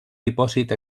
dipòsit